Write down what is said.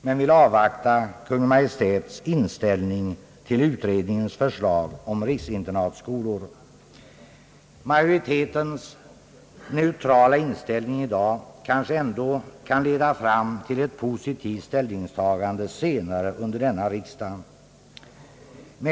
men vill avvakta Kungl. Maj:ts inställning till utredningens förslag om riksinternatskolor. Majoritetens neutrala inställning i dag kanske ändå kan leda fram till ett positivt ställningstagande senare under denna riksdag.